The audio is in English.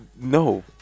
No